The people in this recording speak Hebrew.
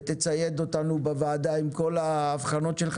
ותצייד אותנו בוועדה עם כל ההבחנות שלך